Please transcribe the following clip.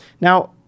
Now